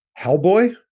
Hellboy